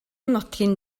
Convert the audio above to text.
нутгийн